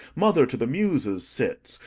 mother to the muses, sits,